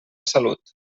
salut